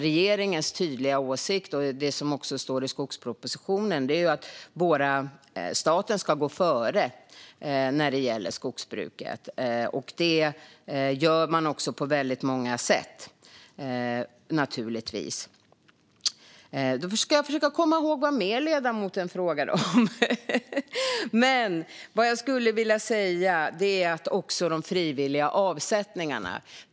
Regeringens tydliga åsikt, och det som också står i skogspropositionen, är att staten ska gå före när det gäller skogsbruket. Och det gör man också på väldigt många sätt. Jag ska försöka komma ihåg vad mer ledamoten frågade om. Något jag vill nämna är de frivilliga avsättningarna.